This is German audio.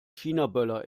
chinaböller